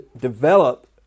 develop